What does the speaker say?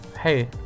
hey